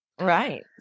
Right